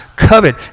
covet